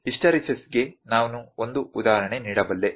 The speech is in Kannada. ಹಿಸ್ಟರೆಸಿಸ್ಗೆ ನಾನು ಒಂದು ಉದಾಹರಣೆ ನೀಡಬಲ್ಲೆ